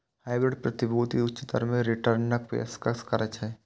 hybrid प्रतिभूति उच्च दर मे रिटर्नक पेशकश करै छै